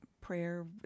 prayer